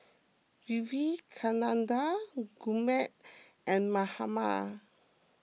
Vivekananda Gurmeet and Mahatma